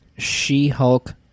She-Hulk